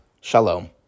Shalom